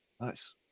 Nice